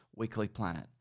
weeklyplanet